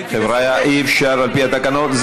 חבריא, אי-אפשר, לפי התקנון.